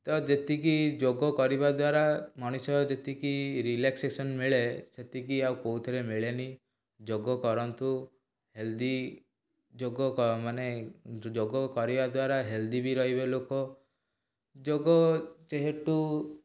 ତ ଯେତିକି ଯୋଗ କରିବା ଦ୍ୱାରା ମଣିଷ ଯେତିକି ରିଲାକ୍ସେସନ୍ ମିଳେ ସେତିକି ଆଉ କେଉଁଥିରେ ମିଳେନି ଯୋଗ କରନ୍ତୁ ହେଲ୍ଦି ଯୋଗ ମାନେ ଯୋଗ କରିବା ଦ୍ଵାରା ହେଲ୍ଦି ବି ରହିବେ ଲୋକ ଯୋଗ ଯେହେତୁ